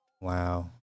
Wow